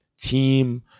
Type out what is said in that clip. team